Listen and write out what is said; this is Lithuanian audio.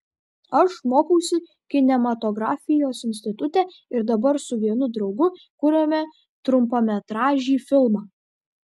aš mokausi kinematografijos institute ir dabar su vienu draugu kuriame trumpametražį filmą